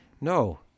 no